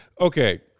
Okay